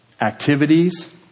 activities